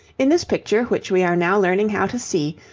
in this picture which we are now learning how to see,